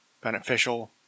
beneficial